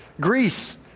Greece